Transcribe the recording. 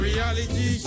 Reality